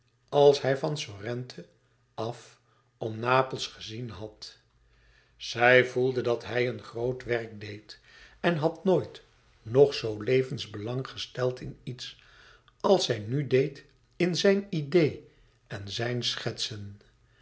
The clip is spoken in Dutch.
als hij van sorrente af om napels gezien had zij voelde dat hij een groot werk deed en had nooit nog zoo levensbelang gesteld in iets als zij nu deed in zijn idee en zijn schetsen